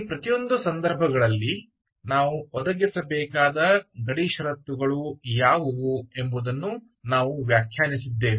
ಈ ಪ್ರತಿಯೊಂದು ಸಂದರ್ಭಗಳಲ್ಲಿ ನಾವು ಒದಗಿಸಬೇಕಾದ ಗಡಿ ಷರತ್ತುಗಳು ಯಾವುವು ಎಂಬುದನ್ನು ನಾವು ವ್ಯಾಖ್ಯಾನಿಸಿದ್ದೇವೆ